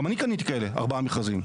גם אני קניתי כאלה ארבעה מכרזים.